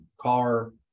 car